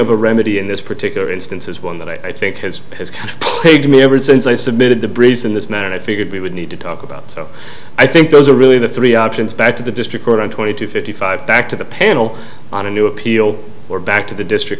of a remedy in this particular instance is one that i think has has paid me ever since i submitted the breeze in this manner and i figured we would need to talk about so i think those are really the three options back to the district twenty to fifty five back to the panel on a new appeal or back to the district